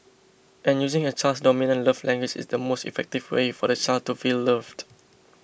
and using a child's dominant love language is the most effective way for the child to feel loved